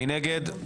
מי נגד?